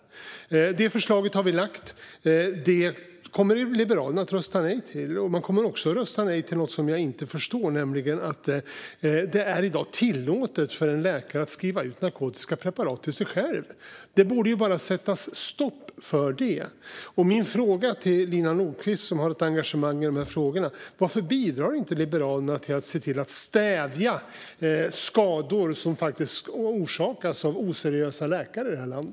Det förslaget har vi lagt fram. Det kommer Liberalerna att rösta nej till. Man kommer också att rösta nej till något annat, och det förstår jag inte. I dag är det tillåtet för en läkare att skriva ut narkotiska preparat till sig själv. Det borde sättas stopp för det. Min fråga till Lina Nordquist, som har ett engagemang i dessa frågor, är: Varför bidrar inte Liberalerna till att stävja skador som faktiskt orsakas av oseriösa läkare i detta land?